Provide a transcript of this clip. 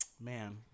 Man